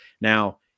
Now